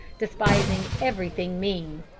despising everything mean,